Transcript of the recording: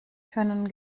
können